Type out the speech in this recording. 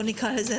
נקרא לזה,